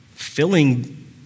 filling